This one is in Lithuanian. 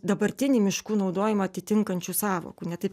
dabartinį miškų naudojimą atitinkančių sąvokų ne taip